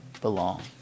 belong